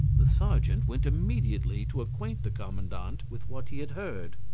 the sergeant went immediately to acquaint the commandant with what he had heard.